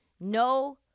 no